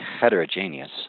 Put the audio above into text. heterogeneous